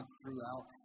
throughout